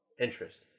interest